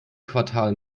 quartal